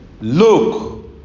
Look